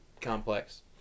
complex